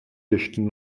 deštný